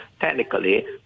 technically